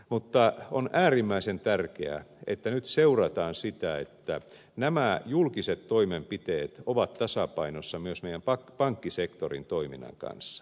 mutta on äärimmäisen tärkeää että nyt seurataan sitä että nämä julkiset toimenpiteet ovat tasapainossa myös meidän pankkisektorin toiminnan kanssa